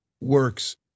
works